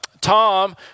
Tom